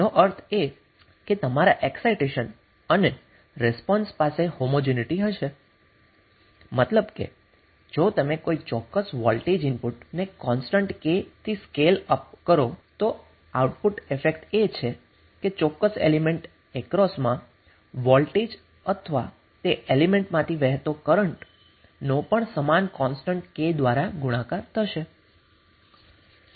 તેનો અર્થ એ છે કે તમારા એક્સાઇટેશન અને રિસ્પોંસ પાસે હોમોજીનીટી હશે મતલબ કે જો તમે કોઈ ચોક્કસ વોલ્ટેજ ઇનપુટ ને કોન્સ્ટન્ટ K થી સ્કેલ અપ કરો તો આઉટપુટ ઇફેક્ટ એ છે કે ચોક્કસ એલિમેન્ટ એક્રોસ મા વોલ્ટેજ અથવા તે એલિમેન્ટમાંથી વહેતો કરન્ટનો પણ સમાન કોન્સ્ટન્ટ K દ્વારા ગુણાકાર થશે